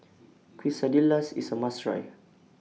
Quesadillas IS A must Try